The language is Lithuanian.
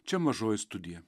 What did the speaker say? čia mažoji studija